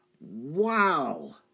Wow